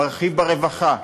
מרחיב ברווחה,